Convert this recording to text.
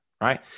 right